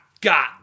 got